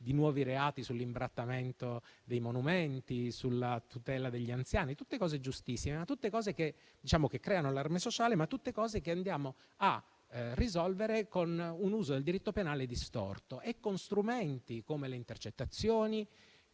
di nuovi reati sull'imbrattamento dei monumenti e sulla tutela degli anziani: tutte cose giustissime, tutte cose che creano allarme sociale, ma tutte cose che cerchiamo di risolvere con un uso distorto del diritto penale e con strumenti, come le intercettazioni,